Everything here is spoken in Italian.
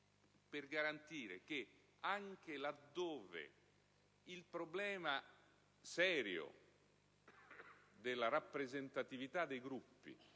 per garantire che, anche laddove il problema serio della rappresentatività dei Gruppi